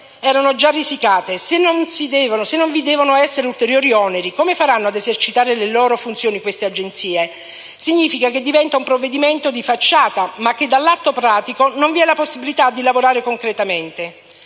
erano già risicate, se non vi devono essere ulteriori oneri, come faranno ad esercitare le loro funzioni queste Agenzie? Significa che diventa un provvedimento di facciata e che, all'atto pratico, non vi è la possibilità di lavorare concretamente.